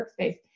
workspace